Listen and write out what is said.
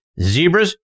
Zebras